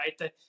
right